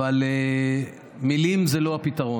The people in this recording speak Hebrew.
אבל מילים זה לא הפתרון.